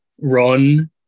run